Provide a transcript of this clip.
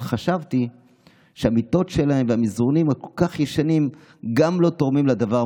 אבל חשבתי שהמיטות שלהם והמזרונים הכל-כך ישנים גם לא תורמים לדבר,